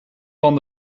van